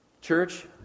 church